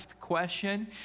question